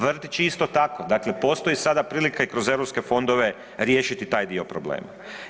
Vrtići isto tako, dakle postoji sada prilika i kroz europske fondove riješiti taj dio problema.